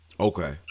Okay